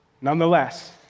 Nonetheless